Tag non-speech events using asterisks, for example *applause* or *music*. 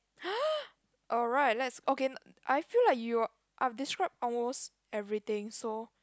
*noise* alright let's okay I feel like you are describe almost everything so